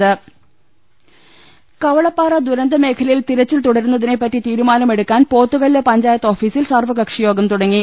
്വ കവളപ്പാറ ദുരന്തമേഖലയിൽ തെരച്ചിൽ തുടരുന്നതിനെ പറ്റി തീരുമാനമെടുക്കാൻ പോത്തുകല്പ് പഞ്ചായത്ത് ഓഫീസിൽ സർവ്വ കക്ഷിയോഗം തുടങ്ങി